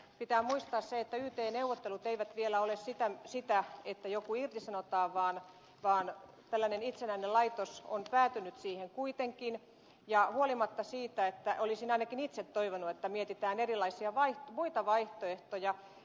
pitää muistaa se että yt neuvottelut eivät vielä ole sitä että joku irtisanotaan vaan tällainen itsenäinen laitos on päätynyt siihen kuitenkin huolimatta siitä että olisin ainakin itse toivonut että mietitään erilaisia muita vaihtoehtoja